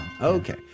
Okay